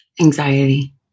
Anxiety